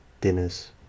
dinners